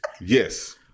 Yes